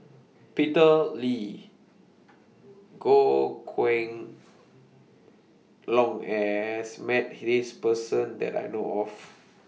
Peter Lee Goh Kheng Long has Met This Person that I know of